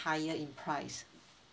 higher in price